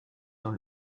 dans